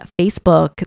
Facebook